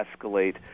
escalate